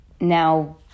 now